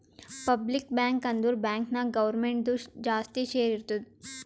public bank ಅಂದುರ್ bank ನಾಗ್ ಗೌರ್ಮೆಂಟ್ದು ಜಾಸ್ತಿ ಶೇರ್ ಇರ್ತುದ್